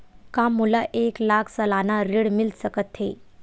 का मोला एक लाख सालाना ऋण मिल सकथे?